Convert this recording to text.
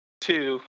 Two